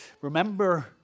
Remember